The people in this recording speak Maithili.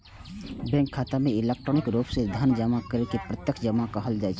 बैंक खाता मे इलेक्ट्रॉनिक रूप मे धन जमा करै के प्रत्यक्ष जमा कहल जाइ छै